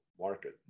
market